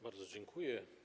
Bardzo dziękuję.